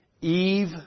Eve